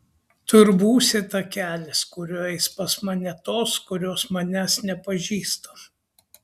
tu ir būsi takelis kuriuo eis pas mane tos kurios manęs nepažįsta